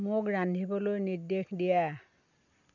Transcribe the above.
মোক ৰান্ধিবলৈ নিৰ্দেশ দিয়া